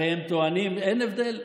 הרי הם טוענים שאין הבדל.